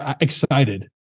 Excited